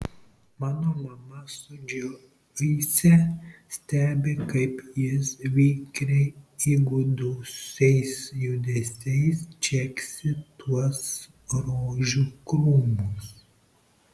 mano mama su džoise stebi kaip jis vikriai įgudusiais judesiais čeksi tuos rožių krūmus